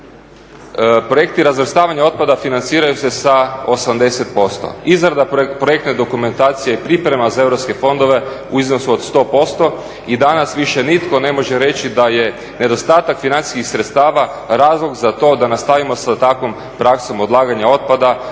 projekti razvrstavanja otpada financiraju se sa 80%. Izrada projektne dokumentacije je priprema za europske fondove u iznosu od 100% i danas više nitko ne može reći da je nedostatak financijskih sredstava razlog za to da nastavimo sa takvom praksom odlaganja otpada